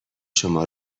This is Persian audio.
شما